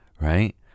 right